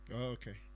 okay